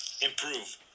improve